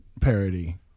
parody